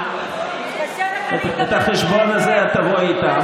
קשה לך להתעמת עם האמת.